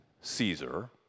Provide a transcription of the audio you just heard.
Caesar